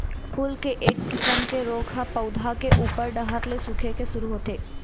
फूल के एक किसम के रोग ह पउधा के उप्पर डहर ले सूखे के शुरू होथे